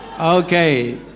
Okay